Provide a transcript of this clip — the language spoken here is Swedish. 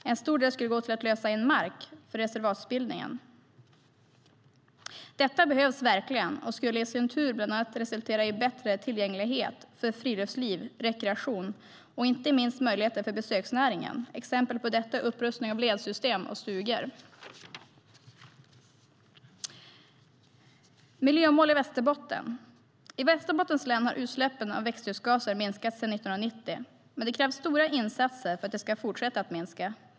En stor del skulle gå till att lösa in mark för reservatsbildningen. Detta behövs verkligen och skulle i sin tur bland annat resultera i bättre tillgänglighet för friluftsliv, rekreation och inte minst möjligheter för besöksnäringen. Exempel på detta är upprustning av ledsystem och stugor. Jag tänker nu tala om miljömål i Västerbotten. I Västerbottens län har utsläppen av växthusgaser minskat sedan 1990, men det krävs stora insatser för att de ska fortsätta att minska.